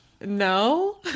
no